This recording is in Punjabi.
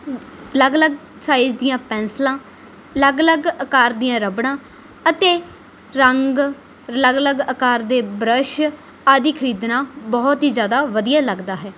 ਅਲੱਗ ਅਲੱਗ ਸਾਈਜ਼ ਦੀਆਂ ਪੈਨਸਲਾਂ ਅਲੱਗ ਅਲੱਗ ਆਕਾਰ ਦੀਆਂ ਰਬੜਾਂ ਅਤੇ ਰੰਗ ਅਲੱਗ ਅਲੱਗ ਆਕਾਰ ਦੇ ਬਰੱਸ਼ ਆਦਿ ਖਰੀਦਣਾ ਬਹੁਤ ਹੀ ਜ਼ਿਆਦਾ ਵਧੀਆ ਲੱਗਦਾ ਹੈ